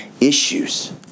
issues